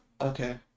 Okay